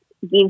give